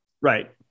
Right